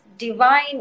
divine